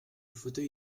fauteuil